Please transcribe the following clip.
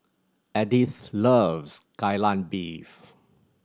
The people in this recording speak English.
Edyth loves Kai Lan Beef